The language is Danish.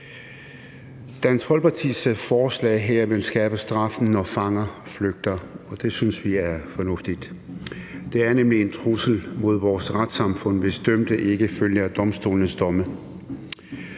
Dansk Folkepartis forslag her vil skærpe straffen, når fanger flygter, og det synes vi er fornuftigt. Det er nemlig en trussel mod vores retssamfund, hvis dømte ikke følger domstolenes domme.